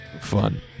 Fun